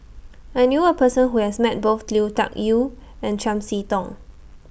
I knew A Person Who has Met Both Lui Tuck Yew and Chiam See Tong